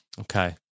Okay